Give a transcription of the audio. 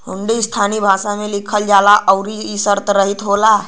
हुंडी स्थानीय भाषा में लिखल जाला आउर इ शर्तरहित होला